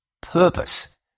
purpose